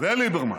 וליברמן